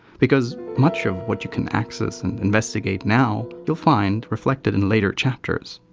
because much of what you can access and investigate now, you'll find reflected in later chapters.